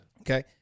Okay